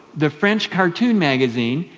the french cartoon magazine,